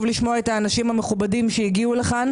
לשמוע את האנשים המכובדים שהגיעו לכאן.